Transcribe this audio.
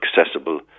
accessible